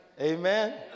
Amen